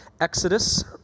Exodus